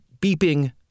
beeping